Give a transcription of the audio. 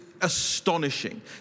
astonishing